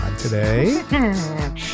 Today